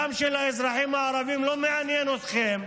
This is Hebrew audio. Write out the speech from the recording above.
הדם של האזרחים הערבים לא מעניין אתכם,